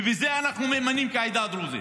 ובזה אנחנו נאמנים כעדה הדרוזית.